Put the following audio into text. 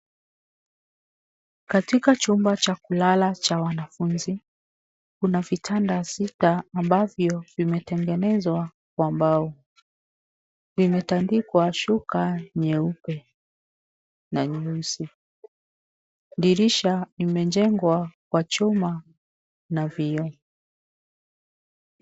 Katika chumba cha kulala cha wanafunzi kuna vitanda sita ambavyo vimetengenezwa kwa mbao. Vimetandikwa shuka nyeupe na nyeusi, dirisha imejengwa kwa chuma na vioo.